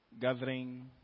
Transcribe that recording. gathering